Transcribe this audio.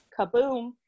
Kaboom